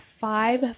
five